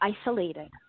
isolated